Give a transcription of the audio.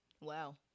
Wow